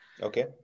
Okay